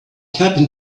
happened